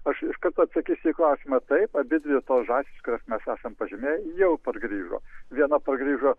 aš iš karto atsakysiu į klausimą taip abidvi tos žąsys kurias kurias mes esam pažymėję jau pargrįžo viena pargrįžo